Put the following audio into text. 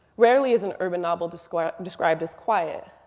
rarely is an urban novel described described as quiet.